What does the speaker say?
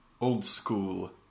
old-school